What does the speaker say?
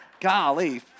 golly